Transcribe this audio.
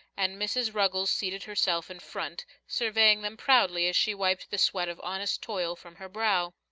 and mrs. ruggles seated herself in front, surveying them proudly as she wiped the sweat of honest toil from her brow.